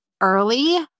early